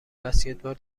بسکتبال